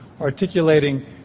articulating